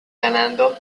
ganando